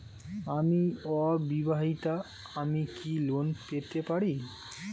আমি অবিবাহিতা আমি কি লোন পেতে পারি?